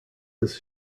his